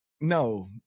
no